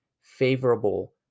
favorable